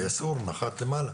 היסעור נחת למעלה.